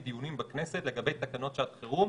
לא היו דיונים בכנסת לגבי תקנות שעת חירום,